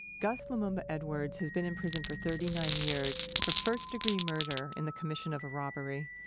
gus lumumba edwards has been in prison for thirty nine years for first-degree murder in the commission of a robbery.